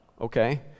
okay